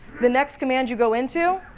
the next command you go into,